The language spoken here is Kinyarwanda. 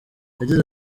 yagize